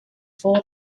four